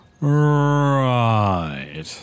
Right